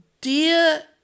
dear